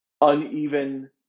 uneven